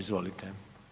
Izvolite.